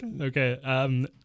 Okay